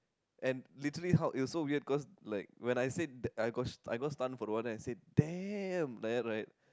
and literally how it was so weird cause like when I said I got I got stun for the one then I said damn like that right